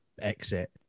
exit